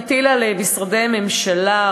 המטיל על משרדי ממשלה,